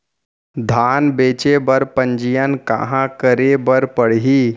धान बेचे बर पंजीयन कहाँ करे बर पड़ही?